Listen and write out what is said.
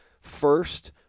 first